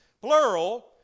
plural